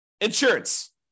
insurance